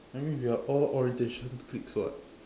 I mean we are all orientation cliques [what]